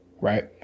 Right